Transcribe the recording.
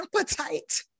appetite